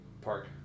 Park